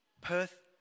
Perth